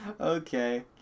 Okay